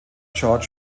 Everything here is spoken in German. georg